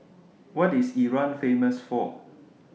What IS Iran Famous For